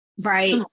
right